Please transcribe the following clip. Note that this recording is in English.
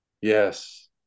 Yes